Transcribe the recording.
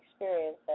experience